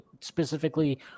specifically